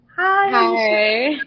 hi